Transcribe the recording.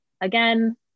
Again